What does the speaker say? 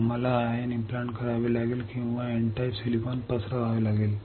आम्हाला ion implant करावे लागेल किंवा एन टाइप सिलिकॉन पसरवावे लागेल